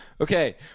okay